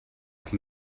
can